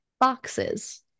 boxes